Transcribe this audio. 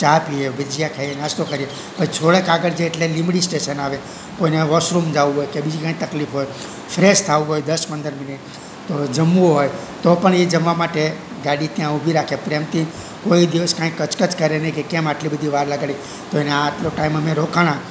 ચા પીએ ભજીયા ખાઈએ નાસ્તો કરીએ પછી થોડેક આગળ જઈએ એટલે લીંબડી સ્ટેશન આવે કોઈને વૉશરુમ જવું હોય કે બીજી કાંઈ તકલીફ હોય ફ્રેશ થવું હોય દસ પંદર મિનિટ તો હવે જમવું હોય તો પણ એ જમવા માટે ગાડી ત્યાં ઊભી રાખે પ્રેમથી કોઈ દિવસ કાંઈ કચકચ કરે નહીં કે કેમ આટલી બધી વાર લગાડી તો અને આટલો ટાઈમ અમે રોકાયા